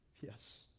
Yes